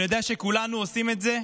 אני יודע שכולנו עושים את זה,